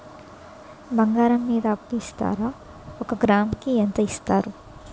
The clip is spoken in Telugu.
బంగారం మీద అప్పు ఇస్తారా? ఒక గ్రాము కి ఎంత ఇస్తారు?